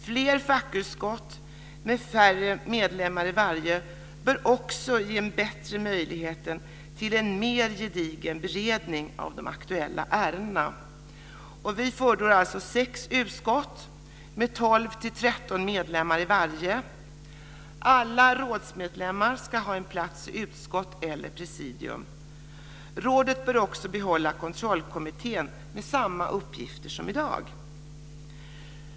Fler fackutskott med färre medlemmar i varje bör också ge en bättre möjlighet till en mer gedigen beredning av de aktuella ärendena. Vi förordar alltså sex utskott med 12-13 medlemmar i varje. Alla rådsmedlemmar ska ha en plats i utskott eller presidium. Rådet bör också behålla kontrollkommittén med samma uppgifter som i dag.